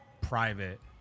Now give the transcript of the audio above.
private